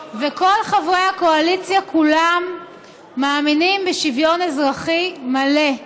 וכל חברי הקואליציה כולם מאמינים בשוויון אזרחי מלא.